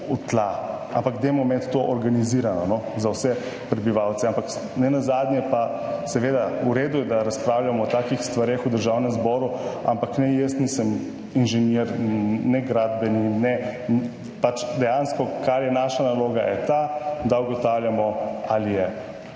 v tla. Ampak dajmo imeti to organizirano za vse prebivalce. Ampak nenazadnje pa seveda v redu je, da razpravljamo o takih stvareh v Državnem zboru, ampak ne, jaz nisem inženir, ne, gradbeni in ne, pač dejansko, kar je naša naloga je ta, da ugotavljamo ali je,